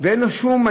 ואין לו שום,